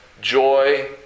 joy